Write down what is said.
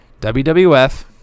WWF